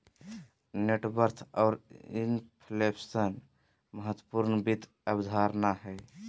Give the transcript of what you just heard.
net worth आर inflation महत्वपूर्ण वित्त अवधारणा हय